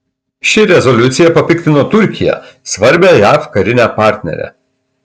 ši rezoliucija papiktino turkiją svarbią jav karinę partnerę